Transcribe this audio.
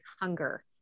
hunger